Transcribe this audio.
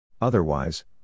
Otherwise